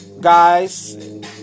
guys